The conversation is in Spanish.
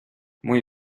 muy